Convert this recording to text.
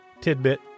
tidbit